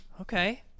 Okay